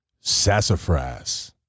Sassafras